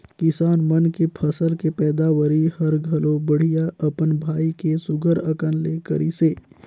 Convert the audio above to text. किसान मन के फसल के पैदावरी हर घलो बड़िहा अपन भाई के सुग्घर अकन ले करिसे